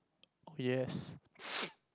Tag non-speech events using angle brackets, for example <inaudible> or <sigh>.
yes <noise>